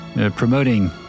Promoting